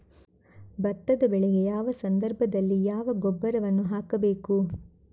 ಭತ್ತದ ಬೆಳೆಗೆ ಯಾವ ಸಂದರ್ಭದಲ್ಲಿ ಯಾವ ಗೊಬ್ಬರವನ್ನು ಹಾಕಬೇಕು?